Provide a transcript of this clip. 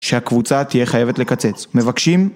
שהקבוצה תהיה חייבת לקצץ. מבקשים?